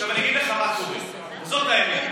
עכשיו אני אגיד לך מה קורה, וזו האמת: